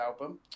album